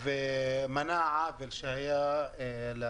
כי הם לא קיבלו את השירות,